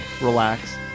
relax